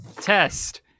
Test